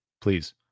please